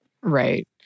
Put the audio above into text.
Right